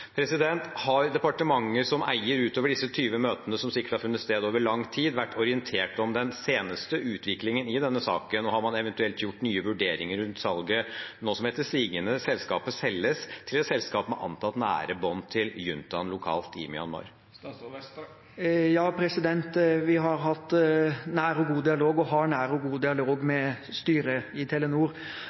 Har departementet som eier utover disse 20 møtene som sikkert har funnet sted over lang tid, vært orientert om den seneste utviklingen i denne saken? Og har man eventuelt gjort nye vurderinger rundt salget, nå som selskapet etter sigende selges til et selskap med antatt nære bånd til juntaen lokalt i Myanmar? Ja, vi har hatt nær og god dialog og har nær og god dialog med styret i Telenor.